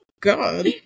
God